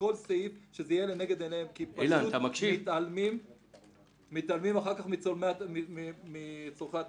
בכל סעיף שזה יהיה לנגד עיניהם כי פשוט מתעלמים אחר כך מצרכי התלמידים.